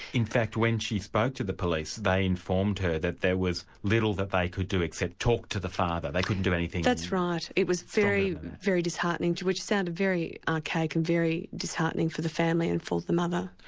in fact when she spoke to the police, they informed her that there was little that they could do, except talk to the father, they couldn't do anything. that's right. it was very very disheartening, which sounded very archaic and very disheartening for the family was and for the mother.